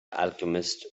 alchemist